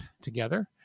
together